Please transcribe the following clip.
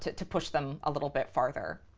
to to push them a little bit farther.